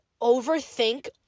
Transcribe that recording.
overthink